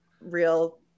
real